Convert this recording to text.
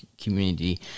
community